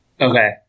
Okay